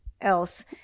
else